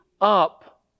up